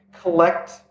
collect